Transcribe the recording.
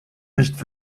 nicht